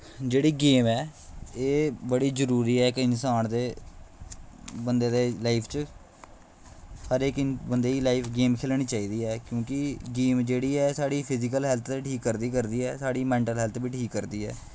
जेह्ड़ी गेम ऐ एह् बड़ी जरूरी ऐ के इंसान दे बंदे दे लाईफ च हर इक बंदे गी लाईफ च गेम खेलनी चाहिदी ऐ क्योंकि गेम जेह्ड़ी ऐ साढ़ी फिजिकल हैल्थ ठीक करदी गै करदी साढ़ी मैंटल हैल्थ बी ठीक करदी ऐ